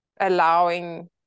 allowing